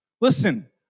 Listen